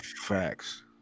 facts